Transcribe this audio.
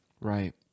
Right